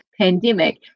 pandemic